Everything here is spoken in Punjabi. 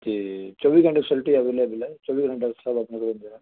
ਅਤੇ ਚੌਵੀ ਘੰਟੇ ਫੈਸਿਲਟੀ ਅਵੇਲੇਬਲ ਹੈ ਚੌਵੀ ਘੰਟੇ ਡੋਕਟਰ ਸਾਹਿਬ ਆਪਣੇ ਕੋਲ ਹੁੰਦੇ ਹੈ